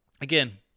Again